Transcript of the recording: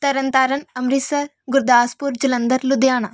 Tarn Taran Amritsar Gurdaspur Jalandhar Ludhiana